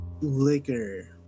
liquor